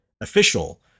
official